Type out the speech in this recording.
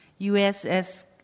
USS